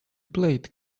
played